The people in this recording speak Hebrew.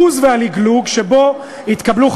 הבוז והלגלוג שבהם התקבלו,